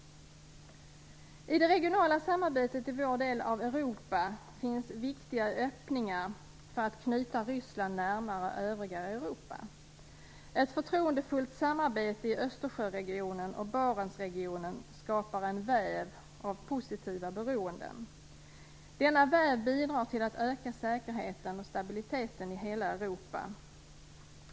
I det regionala samarbetet i vår del av Europa finns viktiga öppningar för att knyta Ryssland närmare övriga Europa. Ett förtroendefullt samarbete i Östersjö och Barentsregionerna skapar en väv av positiva beroenden. Denna väv bidrar till att öka säkerheten och stabiliteten i hela Europa.